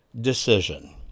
decision